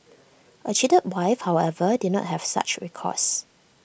A cheated wife however did not have such recourse